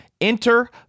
Enter